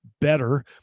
better